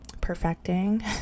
perfecting